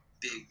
big